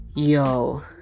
Yo